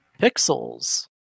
Pixels